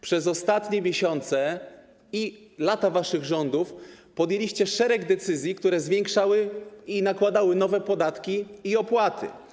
Przez ostatnie miesiące i przez lata waszych rządów podjęliście szereg decyzji, które zwiększały i nakładały nowe podatki i opłaty.